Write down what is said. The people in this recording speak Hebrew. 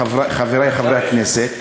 חברי חברי הכנסת,